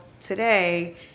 today